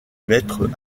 maître